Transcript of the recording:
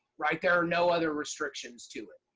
right? there are no other restrictions to it.